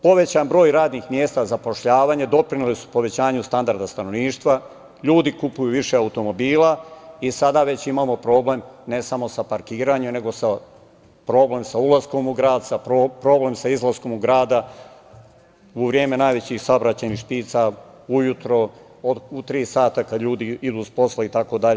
Povećan broj radnih mesta, doprinele su povećanju standardu stanovništva, ljudi kupuju više automobila, i sada već imamo problem, ne samo sa parkiranjem, nego problem sa ulaskom u grad, problem sa izlaskom iz grada, u vreme najvećih saobraćajnih špica, ujutro od 3 sata, kada ljudi idu s posla itd.